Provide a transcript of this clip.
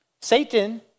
Satan